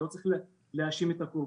שלא צריך להאשים את הקורבן.